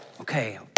okay